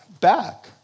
back